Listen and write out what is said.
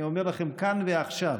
אני אומר לכם כאן ועכשיו: